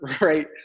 right